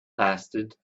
lasted